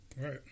Right